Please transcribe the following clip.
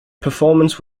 performance